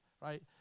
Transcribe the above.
right